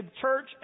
church